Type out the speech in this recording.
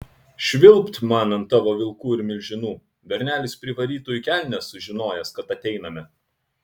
švilpt man ant tavo vilkų ir milžinų bernelis privarytų į kelnes sužinojęs kad ateiname